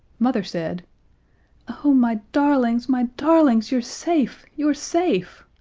mother said oh, my darlings, my darlings, you're safe you're safe!